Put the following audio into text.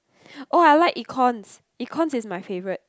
oh I like Econs Econs is my favourite